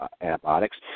antibiotics